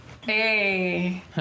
hey